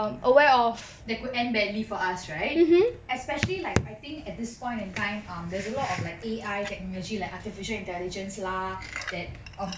that could end badly for us right especially like I think at this point in time um there's a lot of like A_I technology like artificial intelligence lah that of